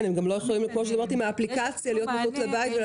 הם גם לא יכולים להיות עם האפליקציה מחוץ לבית.